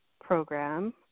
program